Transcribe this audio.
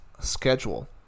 schedule